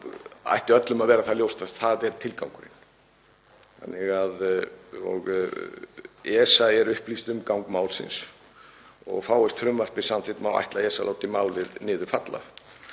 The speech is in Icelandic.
ætti öllum að vera ljóst að það er tilgangurinn. ESA er upplýst um gang málsins og fáist frumvarpið samþykkt má ætla að ESA láti málið niður falla.